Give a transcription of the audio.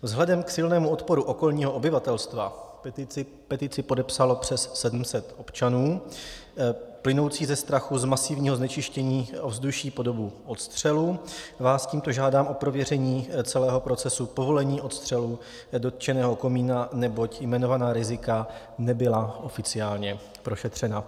Vzhledem k silnému odporu okolního obyvatelstva, petici podepsalo přes 700 občanů, plynoucímu ze strachu z masivního znečištění ovzduší po dobu odstřelu vás tímto žádám o prověření celého procesu povolení odstřelu dotčeného komína, neboť jmenovaná rizika nebyla oficiálně prošetřena.